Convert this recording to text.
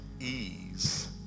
ease